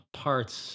parts